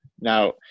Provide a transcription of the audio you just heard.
Now